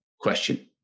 question